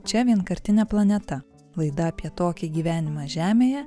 čia vienkartinė planeta laida apie tokį gyvenimą žemėje